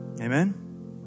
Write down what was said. Amen